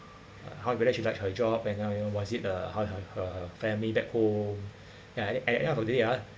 how whether she likes her job and now you know what is it uh how how her family back home ya at the end of the day ah